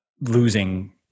losing